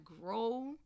grow